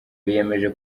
biyemeje